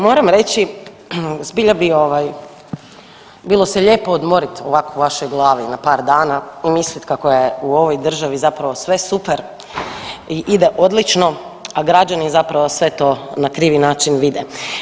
Moram reći zbilja bi ovaj bilo se lijepo odmorit ovako u vašoj glavi na par dana i mislit kako je u ovoj državi zapravo sve super i ide odlično, a građani zapravo sve to na krivi način vide.